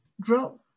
grow